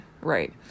right